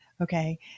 okay